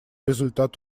результат